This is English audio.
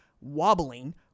wobbling